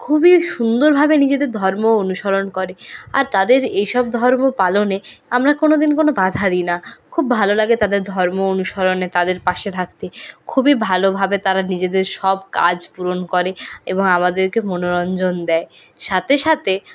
খুবই সুন্দরভাবে নিজেদের ধর্ম অনুসরণ করে আর তাদের এসব ধর্ম পালনে আমরা কোনোদিন কোনও বাধা দিই না খুব ভালো লাগে তাদের ধর্ম অনুসরণে তাদের পাশে থাকতে খুবই ভালোভাবে তারা নিজেদের সব কাজ পূরণ করে এবং আমাদেরকে মনোরঞ্জন দেয় সাথে সাথে